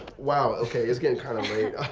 wow, okay, it's getting kind of late,